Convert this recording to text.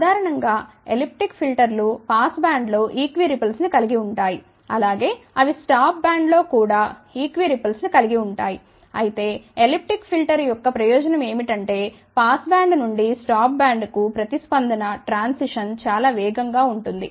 సాధారణం గా elliptic filter లు పాస్ బ్యాండ్లో ఈక్విరిపుల్స్ ని కలిగి ఉంటాయి అలాగే అవి స్టాప్ బ్యాండ్లో కూడా ఈక్విరిపుల్స్ ని కలిగి ఉంటాయి అయితే ఎలిప్టిక్ ఫిల్టర్ యొక్క ప్రయోజనం ఏమిటంటే పాస్ బ్యాండ్ నుండి స్టాప్ బ్యాండ్కు ప్రతిస్పందన ట్రాన్సిషన్ చాలా వేగం గా ఉంటుంది